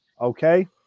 Okay